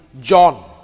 John